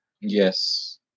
Yes